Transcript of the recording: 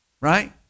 Right